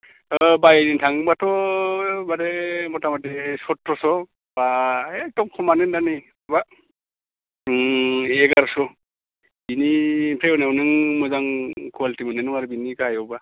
दा बायनो थाङोबाथ' माने मथा मथि सथ्र'स' बा एकदम खमानो नोंना उम एगारस' बिनिफ्राय उनाव नों मोजां कवालिटि मोन्नाय नङा आरो बिनि गाहायावबा